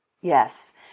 Yes